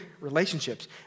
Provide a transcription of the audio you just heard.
relationships